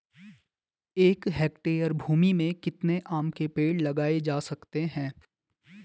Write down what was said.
एक हेक्टेयर भूमि में कितने आम के पेड़ लगाए जा सकते हैं?